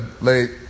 Late